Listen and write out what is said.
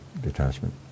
detachment